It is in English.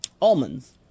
Almonds